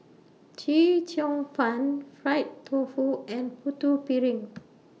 Chee Cheong Fun Fried Tofu and Putu Piring